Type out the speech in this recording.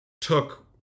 took